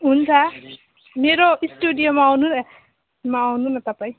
हुन्छ मेरो स्टुडियोमा आउनु नौमा आउनु न तपाईँ